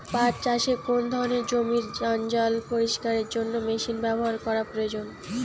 পাট চাষে কোন ধরনের জমির জঞ্জাল পরিষ্কারের জন্য মেশিন ব্যবহার করা প্রয়োজন?